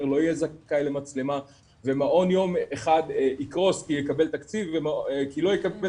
לא יהיה זכאי למצלמה ומעון יום אחד יקרוס כי לא יקבל